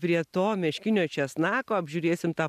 prie to meškinio česnako apžiūrėsim tą